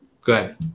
good